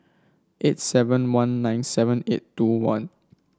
eight seven one nine seven eight two one